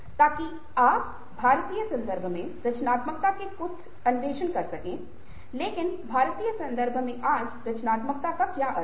ताकि आप है भारतीय संदर्भ में रचनात्मकता के कुछ दिलचस्प अन्वेषण कर सके लेकिन भारतीय संदर्भ में आज रचनात्मकता का क्या अर्थ है